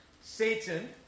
Satan